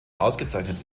ausgezeichnet